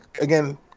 again